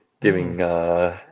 giving